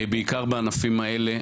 בעיקר בענפים האלה.